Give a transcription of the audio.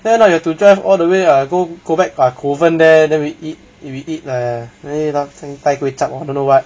fair or not you have to drive all the way ah go go back ah kovan then we eat it we eat err also don't know [what]